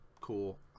cool